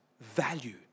value